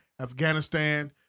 Afghanistan